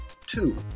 Two